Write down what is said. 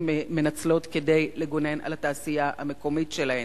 מנצלות כדי לגונן על התעשייה המקומית שלהן.